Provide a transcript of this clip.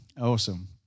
Awesome